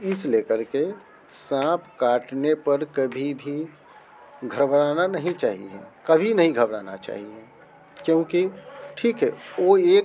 इस ले कर के साँप काटने पर कभी भी घबडराना नहीं चाहिए कभी नहीं घबडराना चाहिए क्योंकि ठीक है वो एक